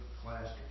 class